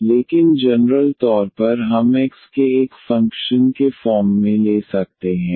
लेकिन जनरल तौर पर हम x के एक फ़ंक्शन के फॉर्म में ले सकते हैं